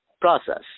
process